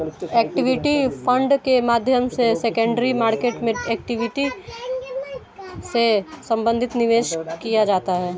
equity fund के माध्यम से सेकेंडरी मार्केट में इक्विटी से संबंधित निवेश किया जाता है